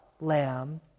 Lamb